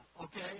okay